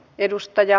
hetkellä